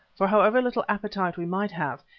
for however little appetite we might have,